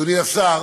אדוני השר,